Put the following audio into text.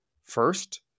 first